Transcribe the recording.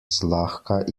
zlahka